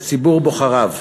לציבור בוחריו.